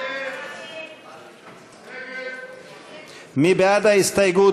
ההסתייגות